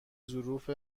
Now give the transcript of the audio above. ظروف